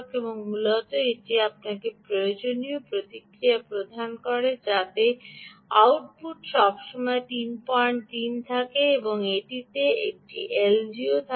এবং মূলত এটি আপনাকে প্রয়োজনীয় প্রতিক্রিয়া প্রদান করে যাতে আউটপুট সবসময় 33 থাকে এবং এটিতে একটি এলডিও থাকে